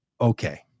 okay